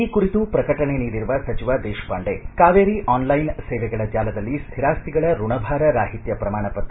ಈ ಕುರಿತು ಶ್ರಕಟಣೆ ನೀಡಿರುವ ಸಚಿವ ದೇಶಪಾಂಡೆ ಕಾವೇರಿ ಆನ್ಲೈನ್ ಸೇವೆಗಳ ಜಾಲದಲ್ಲಿ ಸ್ಹಿರಾಸ್ತಿಗಳ ಋಣಭಾರ ರಾಹಿತ್ವ ಶ್ರಮಾಣಪತ್ರ